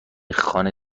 خانه